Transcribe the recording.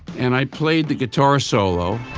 and i played the guitar solo.